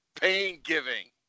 Pain-giving